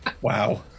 Wow